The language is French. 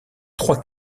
trois